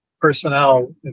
personnel